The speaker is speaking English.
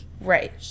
right